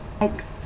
Next